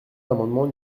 l’amendement